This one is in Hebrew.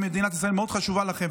אם מדינת ישראל מאוד חשובה לכם,